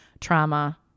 trauma